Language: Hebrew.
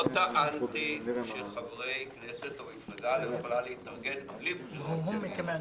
לא טענתי שחברי כנסת או מפלגה לא יכולים להתארגן בלי בחירות פנימיות,